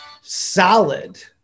solid